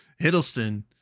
hiddleston